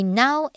now